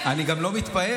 אני גם לא מתפאר.